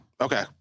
Okay